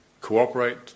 cooperate